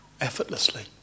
effortlessly